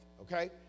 okay